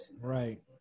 Right